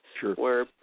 Sure